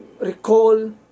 recall